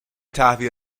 تهویه